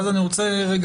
האם פלוני-אלמוני,